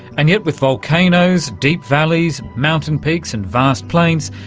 and yet with volcanoes, deep valleys, mountain peaks and vast plains,